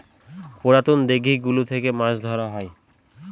পুরাতন দিঘি গুলো থেকে মাছ ধরা হয়